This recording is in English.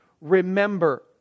remember